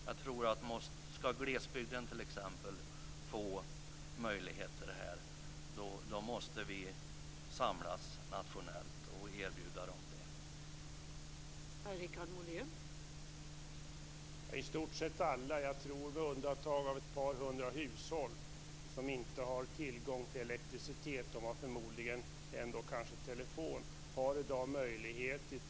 Jag tror att om t.ex. människor i glesbygden skall få möjligheter i detta sammanhang måste vi samlas nationellt och erbjuda dem det.